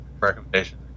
recommendation